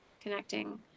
connecting